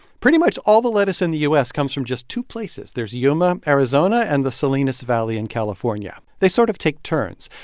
pretty much all the lettuce in the u s. comes from just two places. there's yuma, ariz, ah and the salinas valley in california. they sort of take turns.